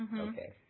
Okay